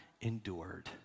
endured